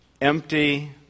empty